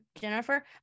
Jennifer